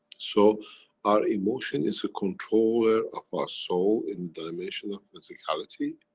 so our emotion is a controller of our soul in the dimension of physicality,